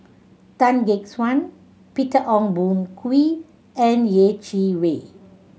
Tan Gek Suan Peter Ong Boon Kwee and Yeh Chi Wei